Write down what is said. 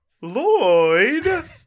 Lloyd